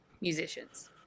musicians